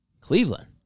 cleveland